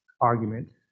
argument